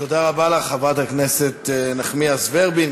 תודה רבה לך, חברת הכנסת נחמיאס ורבין.